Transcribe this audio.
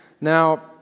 Now